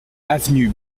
avenue